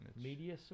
Media